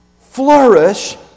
flourish